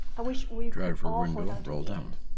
i wish we could all hold on to the end.